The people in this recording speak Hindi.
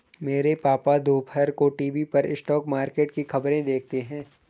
मेरे पापा दोपहर को टीवी पर स्टॉक मार्केट की खबरें देखते हैं